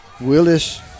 Willis